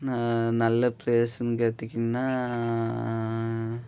ந நல்ல ப்ளேஸுன்னு கேட்டீங்கன்னால்